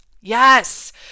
Yes